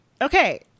Okay